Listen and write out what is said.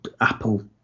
Apple